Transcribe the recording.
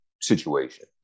situation